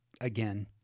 again